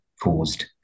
caused